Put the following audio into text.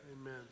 Amen